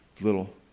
little